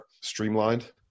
streamlined